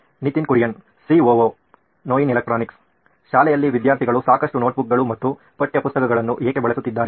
Nitin Kurian COO ನೋಯಿನ್ electronics ಶಾಲೆಯಲ್ಲಿ ವಿದ್ಯಾರ್ಥಿಗಳು ಸಾಕಷ್ಟು ನೋಟ್ಬುಕ್ಗಳು ಮತ್ತು ಪಠ್ಯಪುಸ್ತಕಗಳನ್ನು ಏಕೆ ಬಳಸುತ್ತಿದ್ದಾರೆ